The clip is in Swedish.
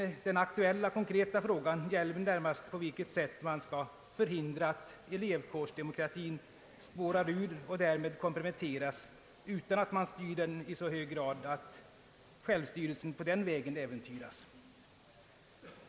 Den aktuella frågan gäller emellertid närmast på vilket sätt man skall förhindra att elevkårsdemokratin spårar ur och därmed komprometteras utan att man genom sitt ingripande styr elevkårsdemokratin i så hög grad att självstyrelsen på den vägen äventyras.